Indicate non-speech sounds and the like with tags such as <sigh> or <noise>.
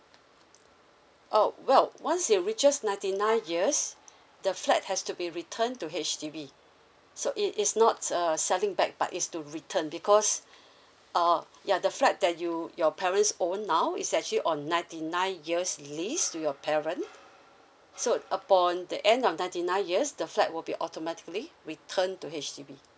<noise> orh well once it reaches ninety nine years the flat has to be returned to H_D_B so it is not uh selling back but is to return because uh ya the flat that you your parents own now is actually on ninety nine years lease to your parent so upon the end of ninety nine years the flat will be automatically returned to H_D_B